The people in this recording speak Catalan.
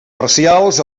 parcials